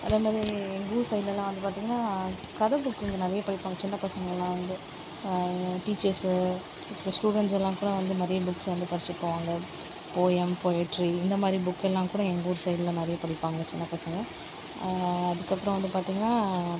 அத மாரி எங்கள் ஊர் சைடுலலாம் வந்து பார்த்திங்கன்னா கதை புக் கொஞ்சம் நிறைய படிப்பாங்க சின்ன பசங்க எல்லாம் வந்து டீச்சர்ஸு அப்புறம் ஸ்டூடண்ட்ஸ் எல்லாம் கூட வந்து மதியம் புக்ஸ் வந்து படிச்சிவிட்டு போவாங்க போயம் போயட்ரி இந்த மாரி புக் எல்லாம் கூட எங்கள் ஊர் சைடில் நிறைய படிப்பாங்க சின்ன பசங்க அதுக்கு அப்புறம் வந்து பார்த்திங்கன்னா